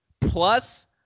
plus